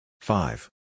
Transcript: Five